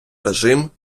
режим